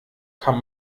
kann